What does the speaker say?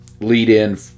lead-in